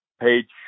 page